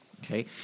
Okay